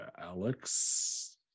Alex